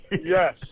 Yes